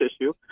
issue